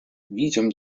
visum